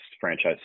franchise